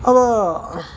अब